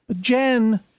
Jen